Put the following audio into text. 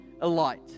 alight